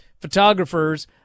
photographers